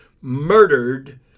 murdered